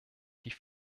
die